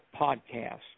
podcast